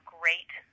great